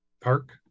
Park